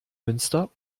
münster